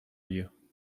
you